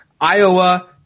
Iowa